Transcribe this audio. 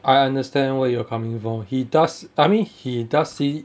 I understand where you're coming from he does I mean he does say